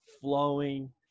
flowing